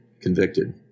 convicted